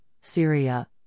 Syria